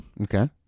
Okay